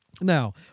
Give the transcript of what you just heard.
Now